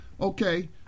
Okay